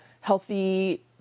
healthy